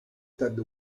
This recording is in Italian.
ted